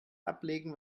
ablegen